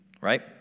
right